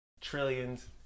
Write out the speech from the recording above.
trillions